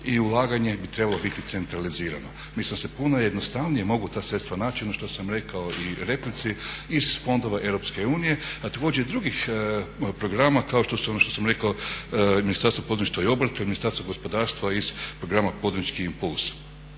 i ulaganje bi trebalo biti centralizirano. Mislim da se puno jednostavnije mogu ta sredstva naći, ono što sam rekao i u replici iz fondova EU, a također i drugih programa kao što su ono što sam rekao Ministarstvo poduzetništva i obrta i Ministarstvo gospodarstva iz Programa poduzetnički impuls.